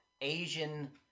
Asian